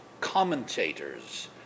commentators